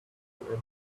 and